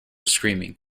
screaming